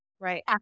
Right